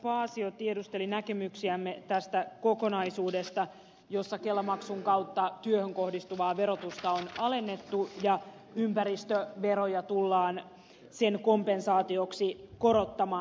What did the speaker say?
paasio tiedusteli näkemyksiämme tästä kokonaisuudesta jossa kelamaksun kautta työhön kohdistuvaa verotusta on alennettu ja ympäristöveroja tullaan sen kompensaatioksi korottamaan